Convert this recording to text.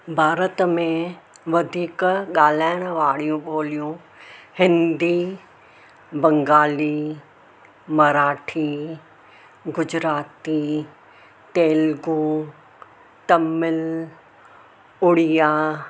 भारत में वधीक ॻाल्हाइण वारियूं ॿोलियूं हिंदी बंगाली मराठी गुजराती तेलगु तमिल उड़िया